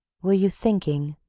were you thinking.